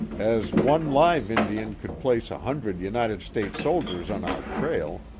as one live indian could place a hundred united states soldiers on our trail,